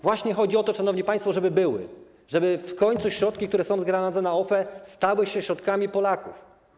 Właśnie chodzi o to, szanowni państwo, żeby były, żeby w końcu środki, które są zgromadzone na OFE, stały się środkami Polaków.